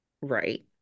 right